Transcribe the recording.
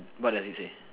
what does it say